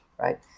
right